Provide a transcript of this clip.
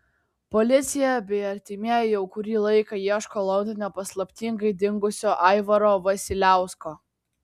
policija bei artimieji jau kurį laiką ieško londone paslaptingai dingusio aivaro vasiliausko